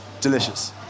Delicious